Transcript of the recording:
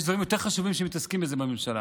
יש דברים יותר חשובים שמתעסקים בהם בממשלה.